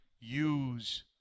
use